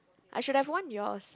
I should have worn yours